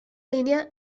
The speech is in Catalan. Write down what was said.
línia